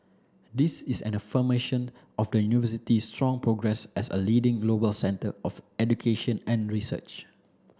this is an affirmation of the University's strong progress as a leading global center of education and research